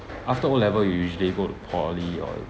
after O-level you usually go to poly or you